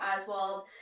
Oswald